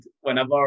whenever